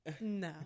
no